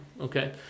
okay